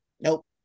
Nope